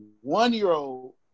One-year-old